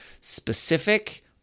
specific